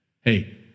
Hey